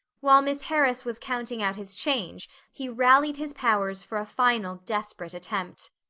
while miss harris was counting out his change he rallied his powers for a final desperate attempt.